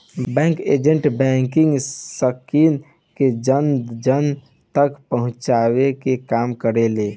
bank agent banking scheme के जन जन तक पहुंचावे के काम करेले